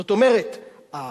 זאת אומרת,